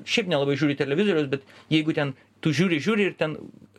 šiaip nelabai žiūri televizoriaus bet jeigu ten tu žiūri žiūri ir ten